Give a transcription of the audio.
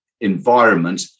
environment